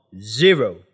zero